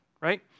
right